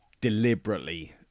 deliberately